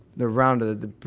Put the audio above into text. their rounded,